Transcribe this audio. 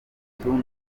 igituntu